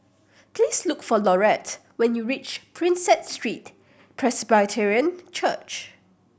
please look for Laurette when you reach Prinsep Street Presbyterian Church